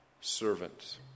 servant